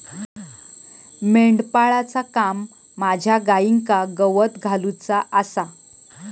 मेंढपाळाचा काम माझ्या गाईंका गवत घालुचा आसा